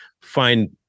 find